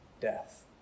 death